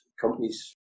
companies